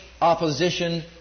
opposition